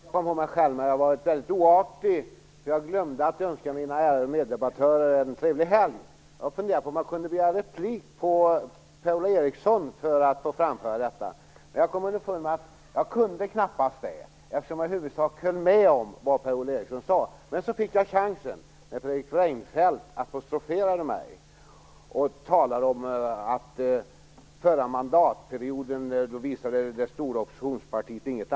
Fru talman! Jag kom på mig själv med att ha varit väldigt oartig. Jag glömde att önska mina ärade meddebattörer en trevlig helg. Jag funderade på om jag kunde begära replik på Per-Ola Eriksson för att få framföra detta, men jag kom underfund med att jag knappast kunde det, eftersom jag i huvudsak höll med om vad Per-Ola Eriksson sade. Men så fick jag chansen när Fredrik Reinfeldt apostroferade mig och talade om att det stora oppositionspartiet inte visade något ansvar under förra mandatperioden.